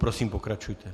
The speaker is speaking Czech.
Prosím, pokračujte.